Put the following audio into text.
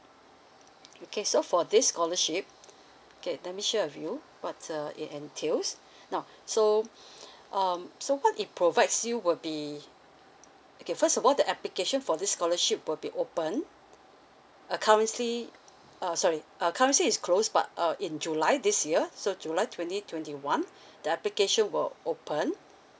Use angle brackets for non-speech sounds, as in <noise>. <noise> okay so for this scholarship okay let me share with you what uh it entails now so um so what it provides you would be okay first of all the application for this scholarship will be opened uh currently uh sorry uh currently is closed but uh in july this year so july twenty twenty one the application will open